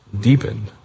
deepened